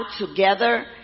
together